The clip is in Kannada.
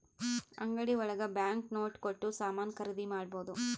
ಅಂಗಡಿ ಒಳಗ ಬ್ಯಾಂಕ್ ನೋಟ್ ಕೊಟ್ಟು ಸಾಮಾನ್ ಖರೀದಿ ಮಾಡ್ಬೋದು